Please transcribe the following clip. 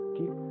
Keep